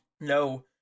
No